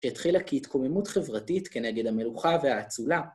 שהתחילה כהתקוממות חברתית כנגד המלוכה והאצולה.